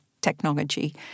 technology